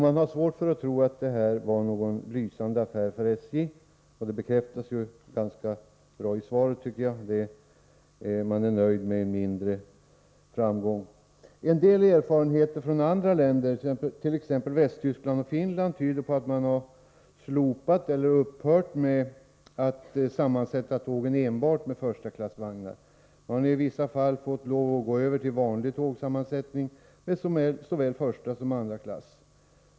Jag har svårt att tro att det här var någon lysande affär för SJ, och det bekräftas ganska bra av svaret; man är nöjd med en mindre framgång. En del erfarenheter från andra länder, t.ex. Västtyskland och Finland, tyder på att man där har upphört med att sammansätta tågen av enbart förstaklassvagnar. Man har i vissa fall fått lov att gå över till vanlig tågsammansättning, med såväl första som andra klass.